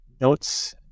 notes